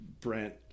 Brent